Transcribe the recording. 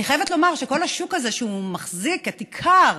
אני חייבת לומר שכל השוק הזה, שמחזיק את עיקר